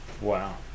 wow